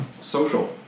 social